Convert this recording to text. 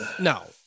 no